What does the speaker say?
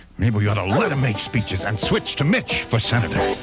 maybe we ought to let him make speeches and switch to mitch for senator